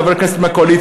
חברי הכנסת מהקואליציה,